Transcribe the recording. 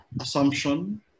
assumption